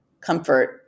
comfort